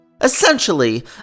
Essentially